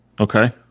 Okay